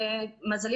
למזלי,